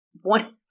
one –